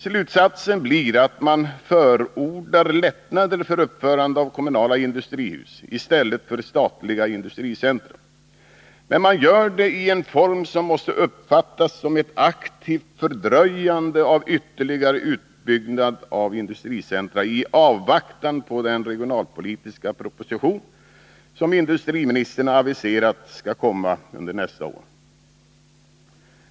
Slutsatsen blir att man förordar lättnader för uppförande av kommunala industrihus i stället för statliga industricentra. Men man gör det i en form som måste uppfattas som ett aktivt fördröjande av en ytterligare utbyggnad av industricentra i avvaktan på den regionalpolitiska proposition som industriministern har aviserat skall komma under nästa år.